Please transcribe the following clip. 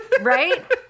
Right